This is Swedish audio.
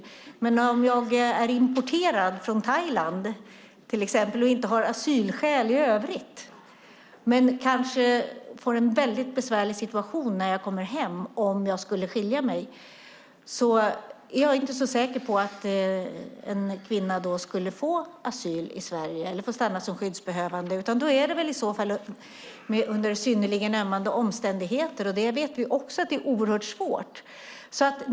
Om en kvinna är importerad från till exempel Thailand och i övrigt inte har asylskäl är jag inte så säker på att hon skulle få asyl i Sverige eller få stanna som skyddsbehövande trots att hon skulle hamna i en mycket besvärlig situation ifall hon återvände hem efter att ha skilt sig. I så fall hamnar det väl under synnerligen ömmande omständigheter, och det vet vi är oerhört svårt.